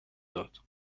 داد